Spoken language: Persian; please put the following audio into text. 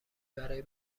برای